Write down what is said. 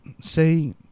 say